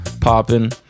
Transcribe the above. popping